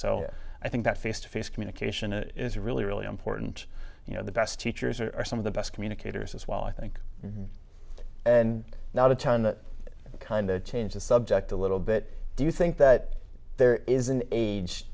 so i think that face to face communication is really really important you know the best teachers are some of the best communicators as well i think and now to turn that kind of change the subject a little bit do you think that there is an age